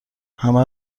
همه